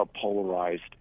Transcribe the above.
polarized